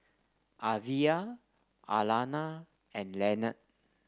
Alyvia Alayna and Lenard